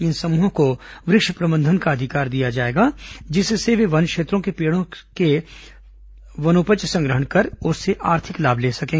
इन समूहों को वृक्ष प्रबंधन का अधिकार दिया जाएगा जिससे वे वन क्षेत्रों के पेड़ों से वनोपज संग्रहण कर आर्थिक लाभ ले सकें